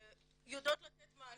יודעות לתת מענה.